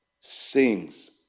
sings